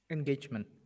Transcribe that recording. Engagement